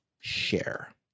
Share